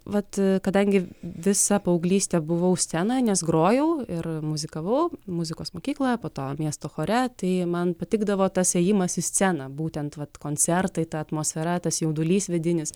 vat kadangi visą paauglystę buvau scenoje nes grojau ir muzikavau muzikos mokykloje po to miesto chore tai man patikdavo tas ėjimas į sceną būtent vat koncertai ta atmosfera tas jaudulys vidinis